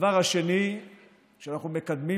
הדבר השני שאנחנו מקדמים,